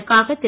இதற்காக திரு